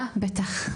אה, בטח.